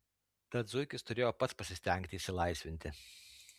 tad zuikis turėjo pats pasistengti išsilaisvinti